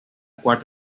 cuarta